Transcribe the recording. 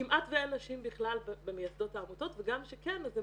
כמעט ואין נשים בכלל במייסדות העמותות וגם שכן אז